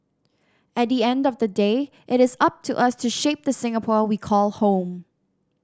at the end of the day it is up to us to shape the Singapore we call home